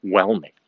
Overwhelming